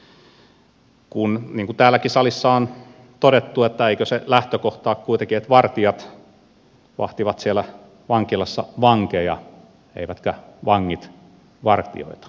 niin kuin täällä salissakin on todettu eikö se lähtökohta ole kuitenkin että vartijat vahtivat siellä vankilassa vankeja eivätkä vangit vartijoita